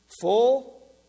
Full